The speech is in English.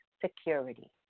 security